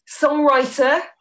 songwriter